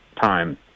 time